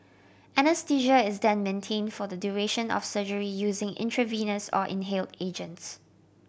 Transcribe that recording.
anaesthesia is then maintain for the duration of surgery using intravenous or inhaled agents